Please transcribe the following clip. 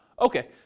Okay